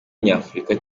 nyafurika